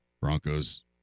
Broncos